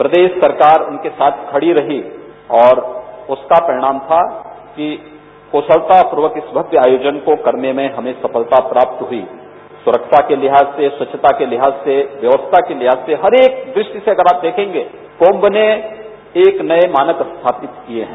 प्रदेश सरकार उनके साथ खड़ी रही और उसका परिणाम था कि कुशलतापूर्वक इस भक्ति आयोजन के करने में हमें सफलता प्राप्त हुआ सुरक्षा के लिहाज से स्वच्छता के लिहाज से व्यवस्था के लिहाज से हर एक दृष्टि से जब आप देखेंगे तो कुंच ने एक नये मानक स्थापित किये हैं